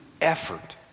effort